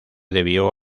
debió